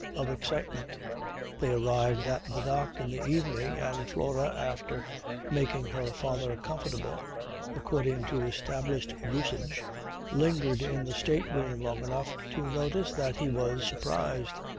of excitement they arrived at the dock in the evening and flora after making her father comfortable according to established usage lingered in the state-room long enough to notice that he was surprised.